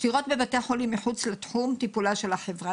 פטירות בבתי חולים מחוץ לתחום, טיפולה של החברה.